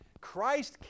Christ